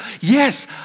yes